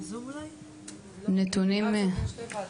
מיד